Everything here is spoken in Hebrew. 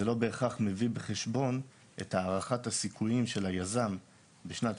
זה לא בהכרח מביא בחשבון את הערכת הסיכויים של היזם בשנת